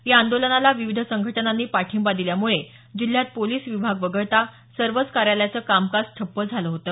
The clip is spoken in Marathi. या आंदोलनाला विविध संघटनांनी पाठिंबा दिल्यामुळे जिल्ह्यात पोलिस विभाग वगळता सर्वच कार्यालयांचं कामकाज ठप्प झालं होतं